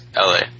LA